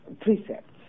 precepts